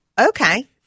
okay